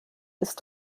ist